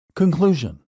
Conclusion